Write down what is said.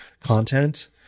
content